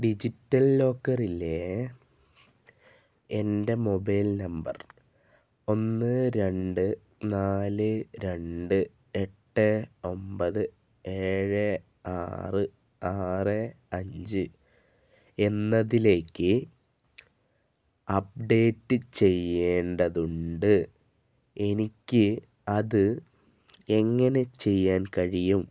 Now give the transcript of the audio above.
digital ലോക്കറിലെ എൻ്റെ mobile number ഒന്ന് രണ്ട് നാല് രണ്ട് എട്ട് ഒമ്പത് ഏഴ് ആറ് ആറ് അഞ്ച് എന്നതിലേക്ക് അപ്ഡേറ്റ് ചെയ്യേണ്ടതുണ്ട് എനിക്ക് അത് എങ്ങനെ ചെയ്യാൻ കഴിയും